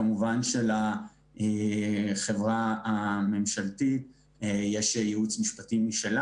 כמובן שלחברה הממשלתית יש ייעוץ משפטי משלה